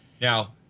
Now